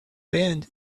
band